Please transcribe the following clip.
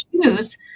choose